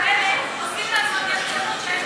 עושים לעצמם יחצנות שאין בה,